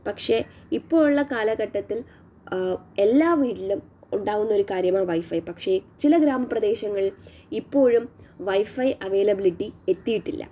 പക്ഷേ ഇപ്പോഴുള്ള കാലഘട്ടത്തിൽ എല്ലാ വീട്ടിലും ഉണ്ടാവുന്ന ഒരു കാര്യമാണ് വൈഫൈ പക്ഷെ ചില ഗ്രാമപ്രേദേശങ്ങളിൽ ഇപ്പോഴും വൈഫൈ അവൈലബിലിറ്റി എത്തിയിട്ടില്ല